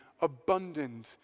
abundant